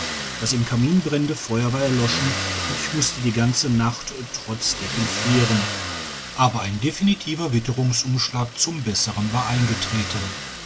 das im kamin brennende feuer war erloschen und ich musste die ganze nacht trotz decken frieren aber ein definitiver witterungsumschlag zum besseren war eingetreten